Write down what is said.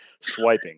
swiping